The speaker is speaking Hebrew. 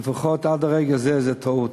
לפחות עד הרגע הזה, שזו טעות.